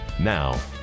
Now